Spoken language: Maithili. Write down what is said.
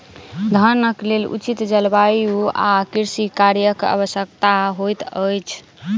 धानक लेल उचित जलवायु आ कृषि कार्यक आवश्यकता होइत अछि